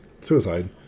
suicide